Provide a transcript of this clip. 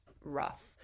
rough